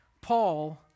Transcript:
Paul